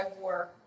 war